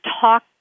talk